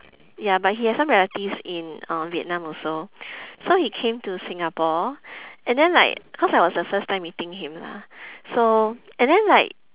ya but he has some relatives in uh vietnam also so he came to singapore and then like because I was my first time meeting him lah so and then like